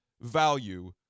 value